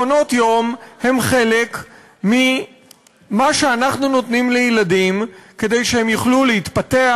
מעונות-יום הם חלק ממה שאנחנו נותנים לילדים כדי שהם יוכלו להתפתח,